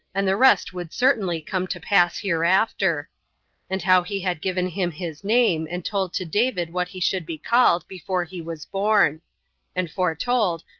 and the rest would certainly come to pass hereafter and how he had given him his name, and told to david what he should be called before he was born and foretold,